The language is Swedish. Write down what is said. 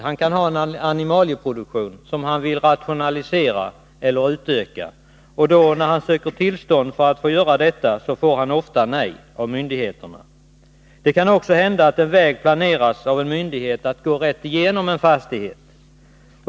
Han kan ha en animalieproduktion som han vill rationalisera eller utöka, och när han söker tillstånd för att få göra detta får han ofta nej av myndigheterna. Det kan också hända att en väg planeras att gå rätt igenom en fastighet.